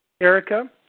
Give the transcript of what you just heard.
Erica